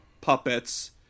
puppets